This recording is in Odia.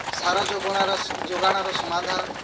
ସାର ଯୋଗାଣର ସମାଧାନ